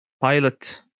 pilot